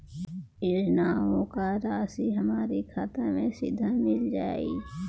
योजनाओं का राशि हमारी खाता मे सीधा मिल जाई?